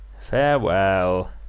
farewell